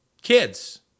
Kids